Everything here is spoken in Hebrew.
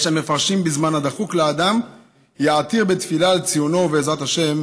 יש המפרשים: בזמן הדחוק לאדם יעתיר בתפילה על ציונו ובעזרת השם,